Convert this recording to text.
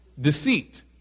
Deceit